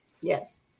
Yes